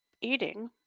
eating